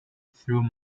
through